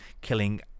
killing